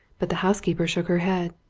but the housekeeper shook her head.